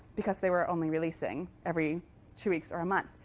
because they were only releasing every two weeks or a month.